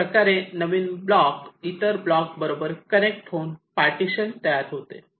अशाप्रकारे नवीन ब्लॉक इतर ब्लॉक बरोबर कनेक्ट होऊन पार्टिशन तयार होते